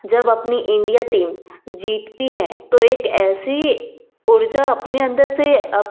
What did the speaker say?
जब अपनी India team जीतती है तो एक ऐसी ऊर्जा अपने अंदर से